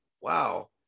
wow